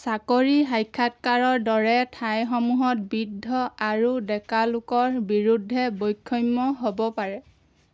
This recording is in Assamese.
চাকৰি সাক্ষাৎকাৰৰ দৰে ঠাইসমূহত বৃদ্ধ আৰু ডেকালোকৰ বিৰুদ্ধে বৈষম্য হ'ব পাৰে